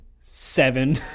seven